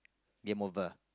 game over